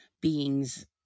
beings